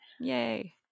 yay